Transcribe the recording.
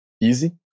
easy